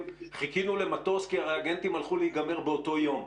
חיכינו למטוס כי הריאגנטים הלכו להיגמר באותו יום.